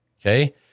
Okay